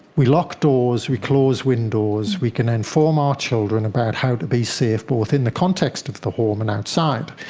we lock doors, we close windows, we can inform our children about how to be safe, both in the context of the home and outside.